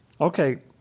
Okay